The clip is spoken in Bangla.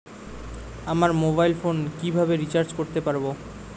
আমার মোবাইল ফোন কিভাবে রিচার্জ করতে পারব?